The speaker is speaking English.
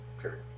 period